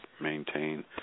maintain